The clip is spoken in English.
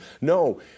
No